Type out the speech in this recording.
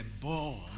born